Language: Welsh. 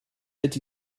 ydy